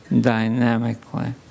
dynamically